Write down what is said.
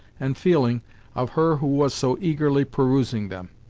and feeling of her who was so eagerly perusing them.